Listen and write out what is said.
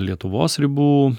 lietuvos ribų